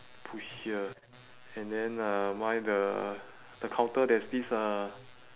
push here and then uh mine the the counter there's this uh